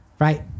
Right